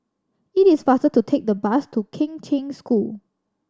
it is faster to take the bus to Kheng Cheng School